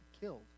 killed